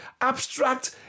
abstract